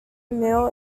mill